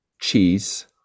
cheese